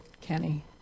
Kenny